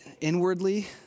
inwardly